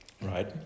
right